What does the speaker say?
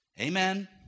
Amen